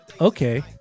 Okay